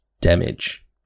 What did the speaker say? damage